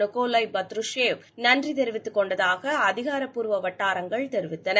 Nikolai Patrushev நன்றி தெரிவித்துக் கொண்டதாக அதிகாரப் பூர்வ வட்டாரங்கள் தெரிவித்தன